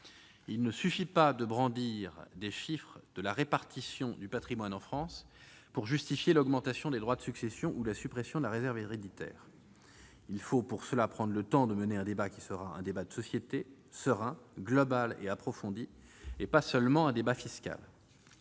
Il ne suffit pas de brandir les chiffres de la répartition du patrimoine en France pour justifier l'augmentation des droits de succession ou la suppression de la réserve héréditaire. Il faut pour cela prendre le temps de mener un débat qui sera un débat de société, serein, global et approfondi, et pas seulement un débat fiscal.